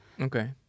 Okay